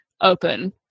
open